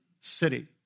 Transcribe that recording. city